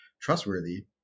trustworthy